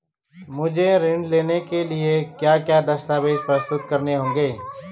मुझे ऋण लेने के लिए क्या क्या दस्तावेज़ प्रस्तुत करने होंगे?